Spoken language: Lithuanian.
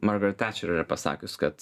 margaret tečer yra pasakius kad